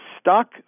stock